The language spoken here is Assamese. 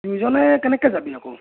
দুজনে কেনেকৈ যাবি আকৌ